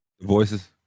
Voices